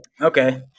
okay